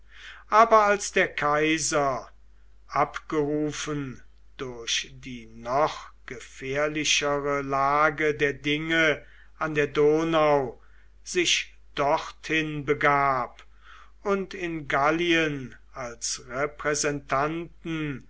aber als der kaiser abgerufen durch die noch gefährlichere lage der dinge an der donau sich dorthin begab und in gallien als repräsentanten